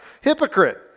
Hypocrite